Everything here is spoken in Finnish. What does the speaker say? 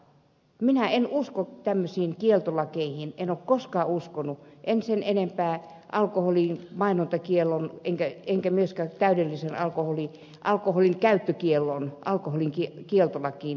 minä en usko tämmöisiin kieltolakeihin en ole koskaan uskonut en sen enempää alkoholin mainontakieltoon enkä myöskään täydelliseen alkoholin käyttökieltoon alkoholin kieltolakiin en usko niihin